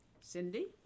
Cindy